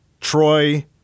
Troy